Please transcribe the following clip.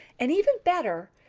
and even better,